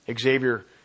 Xavier